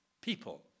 people